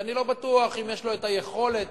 אני לא בטוח שיש לו היכולת